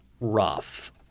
rough